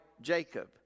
Jacob